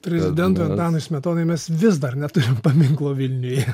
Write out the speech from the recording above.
prezidentui antanui smetonai mes vis dar neturim paminklo vilniuje